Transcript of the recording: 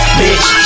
bitch